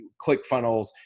ClickFunnels